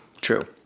True